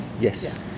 Yes